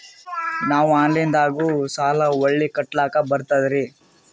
ನಾವು ಆನಲೈನದಾಗು ಸಾಲ ಹೊಳ್ಳಿ ಕಟ್ಕೋಲಕ್ಕ ಬರ್ತದ್ರಿ?